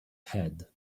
head